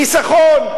חיסכון,